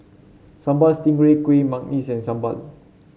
Sambal Stingray Kuih Manggis sambal